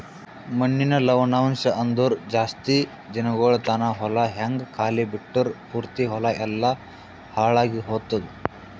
ಮಣ್ಣಿನ ಲವಣಾಂಶ ಅಂದುರ್ ಜಾಸ್ತಿ ದಿನಗೊಳ್ ತಾನ ಹೊಲ ಹಂಗೆ ಖಾಲಿ ಬಿಟ್ಟುರ್ ಪೂರ್ತಿ ಹೊಲ ಎಲ್ಲಾ ಹಾಳಾಗಿ ಹೊತ್ತುದ್